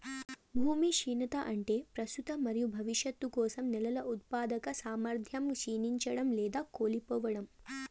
భూమి క్షీణత అంటే ప్రస్తుత మరియు భవిష్యత్తు కోసం నేలల ఉత్పాదక సామర్థ్యం క్షీణించడం లేదా కోల్పోవడం